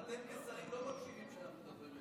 אבל אתם, כשרים, לא מקשיבים כשאנחנו מדברים אליכם.